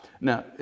Now